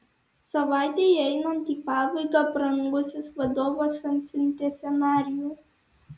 savaitei einant į pabaigą brangusis vadovas atsiuntė scenarijų